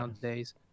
days